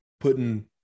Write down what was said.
putting